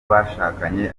bashakanye